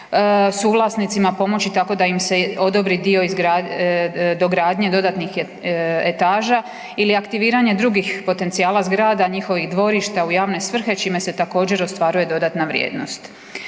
suvlasnicima pomoći tako da im se odobri dio dogradnje dodatnih etaža ili aktiviranja drugih potencijala zgrada njihovih dvorišta u javne svrhe čime se također ostvaruje dodatna vrijednost.